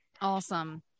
awesome